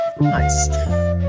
Nice